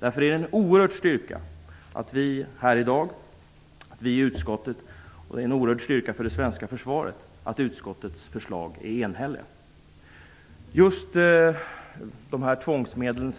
Därför är det en oerhörd styrka för det svenska försvaret att utskottets förslag är enhälligt. Just det allvarliga med tvångsmedlen